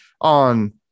on